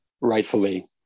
rightfully